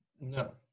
No